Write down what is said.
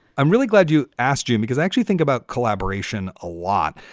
i'm really glad you asked you because actually think about collaboration a lot.